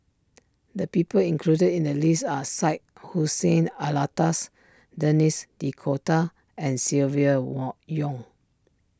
the people included in the list are Syed Hussein Alatas Denis D'Cotta and Silvia won Yong